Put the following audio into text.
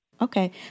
Okay